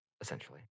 essentially